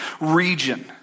region